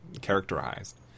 characterized